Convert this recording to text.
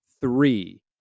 three